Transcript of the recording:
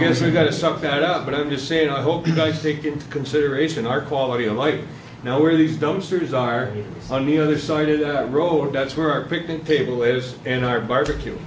guess we've got something added up but i'm just saying i hope you guys take into consideration our quality of life now where these dumpsters are on the other side of the road that's where our picnic table is and our barbecue